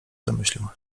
zamyślił